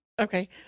okay